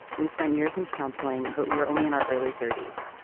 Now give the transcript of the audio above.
we spent years in counseling, but we were only in our early thirty s.